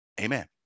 Amen